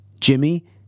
Jimmy